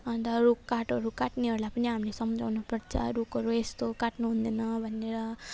अन्त रुख काठहरू काट्नेहरूलाई पनि हामीले सम्झाउनु पर्छ रुखहरू यस्तो काट्नु हुँदैन भनेर